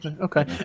Okay